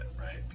right